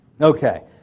Okay